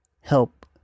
help